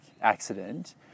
accident